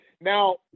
Now